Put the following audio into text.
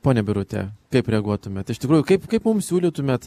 ponia birute kaip reaguotumėt iš tikrųjų kaip kaip mums siūlytumėt